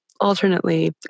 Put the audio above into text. alternately